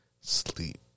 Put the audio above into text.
sleep